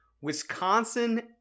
Wisconsin